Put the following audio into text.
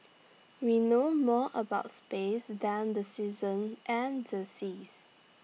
we know more about space than the seasons and the seas